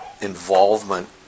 involvement